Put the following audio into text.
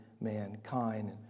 mankind